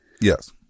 Yes